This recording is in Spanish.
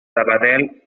sabadell